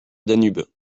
danube